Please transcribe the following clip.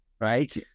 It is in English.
Right